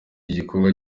gikorwa